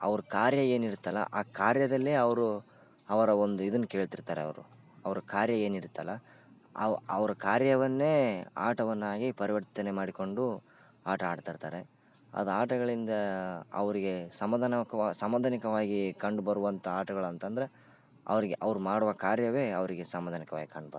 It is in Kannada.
ಅವ್ರ ಕಾರ್ಯ ಏನಿರುತ್ತೆಲ್ಲ ಆ ಕಾರ್ಯದಲ್ಲೇ ಅವರು ಅವರು ಒಂದು ಇದನ್ನು ಕೇಳ್ತಿರ್ತಾರೆ ಅವರು ಅವ್ರ ಕಾರ್ಯ ಏನಿರುತ್ತೆಲ್ಲ ಅವು ಅವ್ರ ಕಾರ್ಯವನ್ನೇ ಆಟವನ್ನಾಗಿ ಪರಿವರ್ತನೆ ಮಾಡಿಕೊಂಡು ಆಟ ಆಡ್ತಾಯಿರ್ತಾರೆ ಅದು ಆಟಗಳಿಂದ ಅವರಿಗೆ ಸಮಾಧಾನವಕವ ಸಮಾಧಾನಕವಾಗಿ ಕಂಡು ಬರುವಂಥ ಆಟಗಳು ಅಂತಂದ್ರೆ ಅವರಿಗೆ ಅವ್ರು ಮಾಡುವ ಕಾರ್ಯವೇ ಅವರಿಗೆ ಸಮಾಧಾನಕವಾಗಿ ಕಂಡು ಬರ್ತದೆ